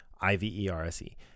I-V-E-R-S-E